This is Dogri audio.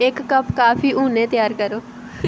इक कप कॉफी हुनै त्यार करो